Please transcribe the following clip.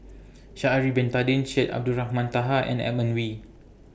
vSha'ari Bin Tadin Syed Abdulrahman Taha and Edmund Wee